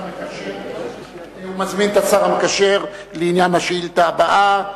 אני מזמין את השר המקשר לעניין השאילתא הבאה,